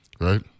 Right